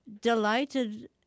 delighted